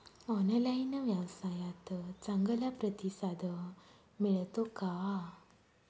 Online व्यवसायात चांगला प्रतिसाद मिळतो का?